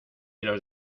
los